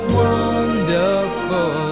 wonderful